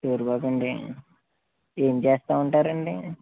ఏరువాక అండి ఏం చేస్తూ ఉంటారండీ